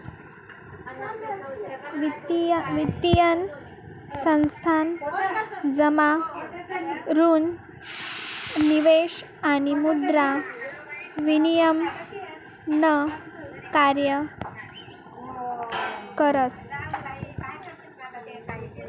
वित्तीय संस्थान जमा ऋण निवेश आणि मुद्रा विनिमय न कार्य करस